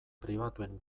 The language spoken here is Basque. pribatuen